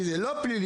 כי זה לא פלילי,